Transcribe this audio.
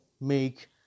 make